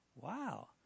wow